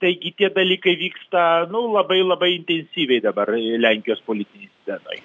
taigi tie dalykai vyksta nu labai labai intensyviai dabar lenkijos politinėj scenoj